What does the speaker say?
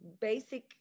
basic